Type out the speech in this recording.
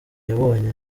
yabonye